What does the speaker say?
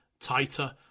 tighter